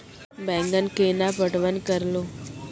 बैंगन केना पटवन करऽ लो?